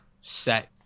set